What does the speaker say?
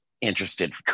interested